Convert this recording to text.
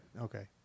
okay